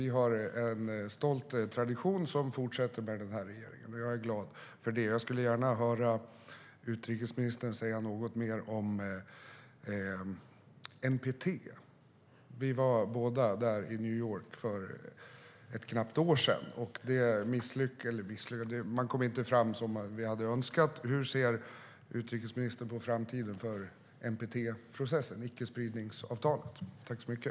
Vi har alltså en stolt tradition som fortsätter med den här regeringen. Det är jag glad över. Jag vill gärna att utrikesministern säger något mer om NPT. Vi var båda i New York för ett knappt år sedan. Det misslyckades, eller man kom snarare inte så långt som vi hade önskat. Hur ser utrikesministern på framtiden för NPT-processen, icke-spridningsavtalet?